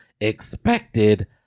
expected